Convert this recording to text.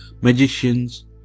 magicians